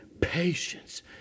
patience